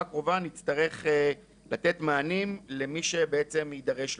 הקרובה נצטרך לתת מענים למי שבעצם יידרש להם.